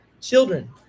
children